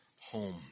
home